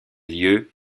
lieux